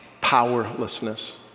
powerlessness